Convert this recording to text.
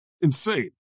insane